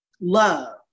love